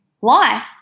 life